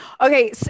okay